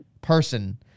person